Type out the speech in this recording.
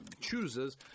chooses